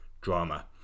drama